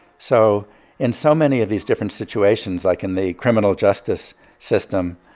so in so many of these different situations, like in the criminal justice system,